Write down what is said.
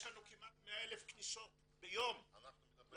יש לנו כמעט 100,000 כניסות ביום לדיגיטל.